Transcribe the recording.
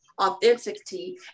authenticity